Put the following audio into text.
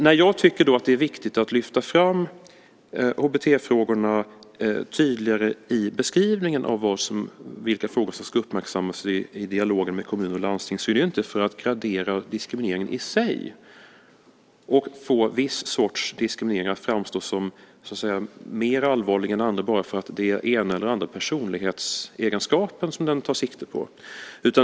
När jag tycker att det är viktigt att lyfta fram HBT-frågorna tydligare i beskrivningen av vilka frågor som ska uppmärksammas i dialogen med kommuner och landsting är ju inte det för att gradera diskrimineringen i sig och få viss sorts diskriminering att framstå som mer allvarlig än annan bara för att den tar sikte på den ena eller andra personlighetsegenskapen.